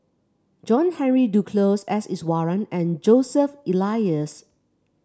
John Henry Duclos S Iswaran and Joseph Elias